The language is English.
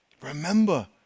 remember